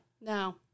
No